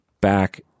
back